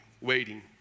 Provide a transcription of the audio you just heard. Waiting